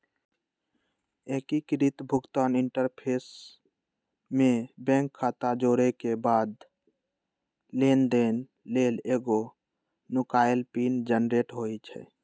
एकीकृत भुगतान इंटरफ़ेस में बैंक खता जोरेके बाद लेनदेन लेल एगो नुकाएल पिन जनरेट होइ छइ